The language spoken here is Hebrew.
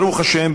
ברוך השם,